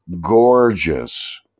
gorgeous